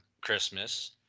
Christmas